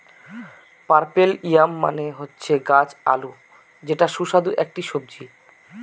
purple yam মানে হচ্ছে গাছ আলু যেটা সুস্বাদু একটি সবজি